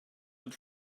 had